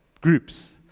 groups